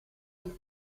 gli